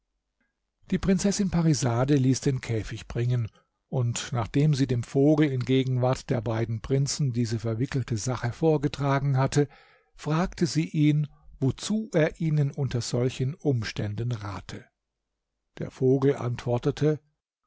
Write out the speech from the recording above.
die prinzessin parisade ließ den käfig bringen und nachdem sie dem vogel in gegenwart der beiden prinzen diese verwickelte sache vorgetragen hatte fragte sie ihn wozu er ihnen unter solchen umständen rate der vogel antwortete